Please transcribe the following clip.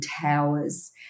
Towers